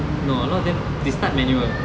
no a lot of them they start manual